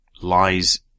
lies